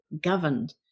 governed